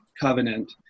covenant